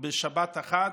של הקאות בשבת אחת.